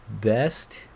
best